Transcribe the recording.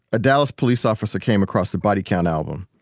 a dallas police officer came across the body count album.